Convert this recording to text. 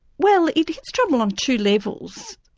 well, it hits trouble on two levels.